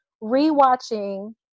re-watching